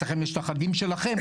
ואצלכם יש החגים שלכם,